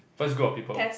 first group of people